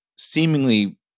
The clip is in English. seemingly